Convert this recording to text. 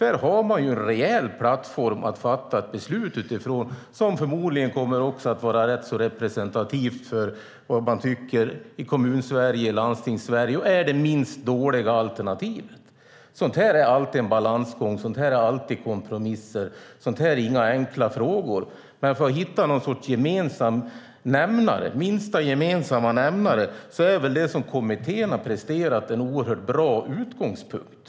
Där har man en rejäl plattform att fatta beslut från. Det kommer att vara rätt så representativt för vad man tycker i Kommun och Landstingssverige och förmodligen kommer det att vara det minst dåliga alternativet. Sådant här är alltid en balansgång. Sådant här innebär alltid kompromisser, och det är inga enkla frågor. Om man vill hitta en minsta gemensamma nämnare är väl det som kommittén har presterat en bra utgångspunkt.